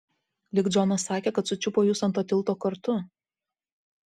lyg džonas sakė kad sučiupo jus ant to tilto kartu